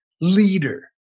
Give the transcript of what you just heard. leader